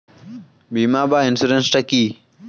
বিমা বা ইন্সুরেন্স টা কি?